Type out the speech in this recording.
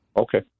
Okay